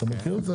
כן.